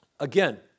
Again